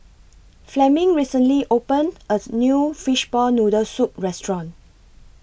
Fleming recently opened A New Fishball Noodle Soup Restaurant